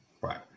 Right